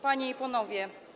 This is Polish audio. Panie i Panowie!